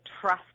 trust